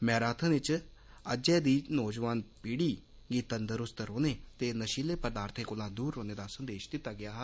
marathon च अज्जै दी नौजवान पीढ़ी गी तंदरूस्त रौह्ने ते नशीले पदार्थें कोलां दूर रौह्ने दा संदेश दित्ता गेआ ऐ